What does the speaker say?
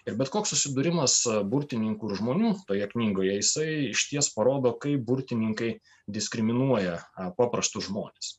ir bet koks susidūrimas burtininkų ir žmonių toje knygoje jisai išties parodo kaip burtininkai diskriminuoja paprastus žmones